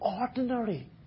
ordinary